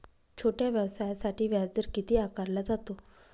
छोट्या व्यवसायासाठी व्याजदर किती आकारला जातो?